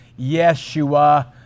Yeshua